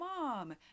mom